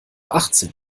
achtzehn